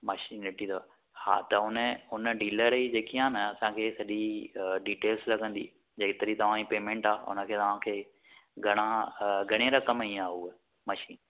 machine ॾिठी अथव हा त उनजे उन डीलर जी जेकी आहे न असांखे सॼी डीटेल्स लॻंदी जेतिरी तव्हांजी पेमेंट आहे उनखे तव्हांखे घणा घणी रक़म जी ख़े उहा मशीन